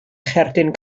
cherdyn